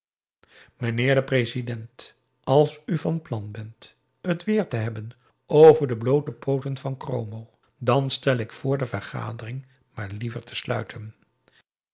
meneer de president als u van plan bent het weer te hebben over de bloote pooten van kromo dan stel ik voor de vergadering maar liever te sluiten